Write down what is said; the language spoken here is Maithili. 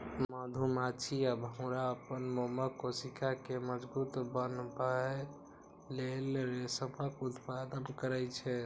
मधुमाछी आ भौंरा अपन मोमक कोशिका कें मजबूत बनबै लेल रेशमक उत्पादन करै छै